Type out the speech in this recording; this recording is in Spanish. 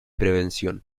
prevención